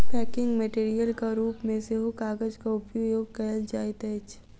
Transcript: packing मेटेरियलक रूप मे सेहो कागजक उपयोग कयल जाइत अछि